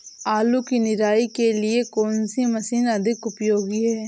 आलू की निराई के लिए कौन सी मशीन अधिक उपयोगी है?